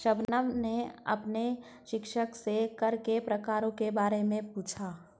शबनम ने अपने शिक्षक से कर के प्रकारों के बारे में पूछा